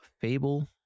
fable